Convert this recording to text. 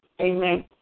Amen